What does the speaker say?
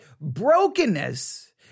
brokenness